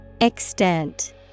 Extent